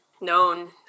known